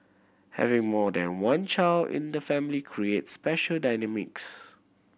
having more than one child in the family creates special dynamics